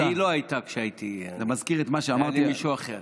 ההיא לא הייתה כשהייתי, היה לי מישהו אחר.